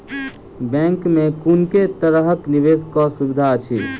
Bank मे कुन केँ तरहक निवेश कऽ सुविधा अछि?